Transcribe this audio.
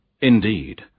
Indeed